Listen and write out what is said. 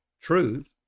truth